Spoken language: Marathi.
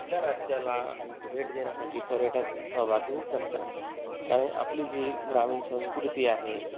आपल्या राज्याला भेट देण्यासाठी पर्यटक सहभागी होऊ शकतात कारण आपली जी ग्रामीण संस्कृती आहे